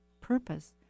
purpose